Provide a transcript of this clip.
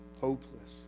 Hopeless